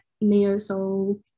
neo-soul